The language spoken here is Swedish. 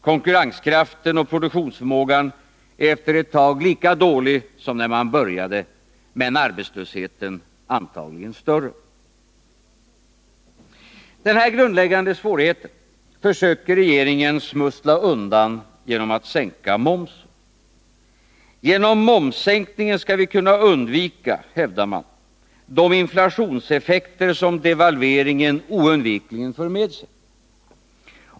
Konkurrenskraften och produktionsförmågan är efter ett tag lika dålig som när man började, men arbetslösheten antagligen större. Den här grundläggande svårigheten försöker regeringen smussla undan genom att sänka momsen. Genom momssänkningen skall vi kunna undvika, hävdar man, de inflationseffekter som devalveringen oundvikligen för med sig.